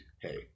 hey